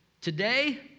today